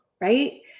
right